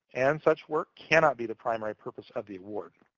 and such work cannot be the primary purpose of the award.